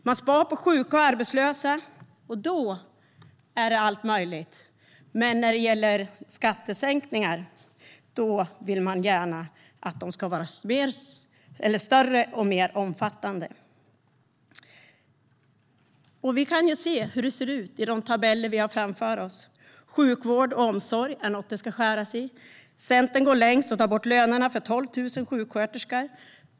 Man spar in på sjuka och arbetslösa, och då är allt möjligt. Men när det gäller skattesänkningar vill man gärna att de ska vara större och mer omfattande. Vi kan ju se hur det ser ut i de tabeller vi har framför oss. Sjukvård och omsorg är något det ska skäras i. Centern går längst och tar bort lönerna för 12 000 sjuksköterskor.